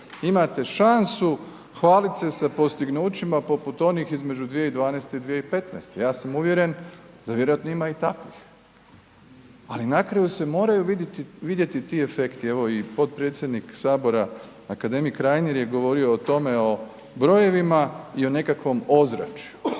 imate šansu hvalit se sa postignućima poput onih između 2012. i 2015., ja sam uvjeren da vjerojatno ima i takvih. Ali na kraju se moraju vidjeti ti efekti. Evo i potpredsjednik Sabora akademik Reiner je govorio o tome, o brojevima i o nekakvom ozračju.